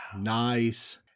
Nice